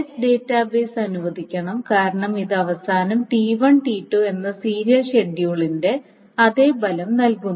S database അനുവദിക്കണം കാരണം ഇത് അവസാനം T1 T2 എന്ന സീരിയൽ ഷെഡ്യൂളിന്റെ അതേ ഫലം നൽകുന്നു